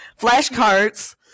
flashcards